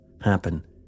happen